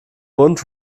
bunt